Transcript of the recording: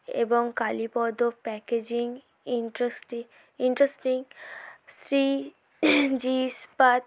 এবং Kalipada packaging industry industry Shri ji ইস্পাত